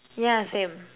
yeah same